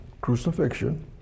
crucifixion